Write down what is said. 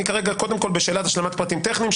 אני כרגע קודם כל בשלב של השלמת פרטים טכניים,